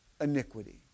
iniquity